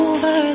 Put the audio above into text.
Over